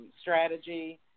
strategy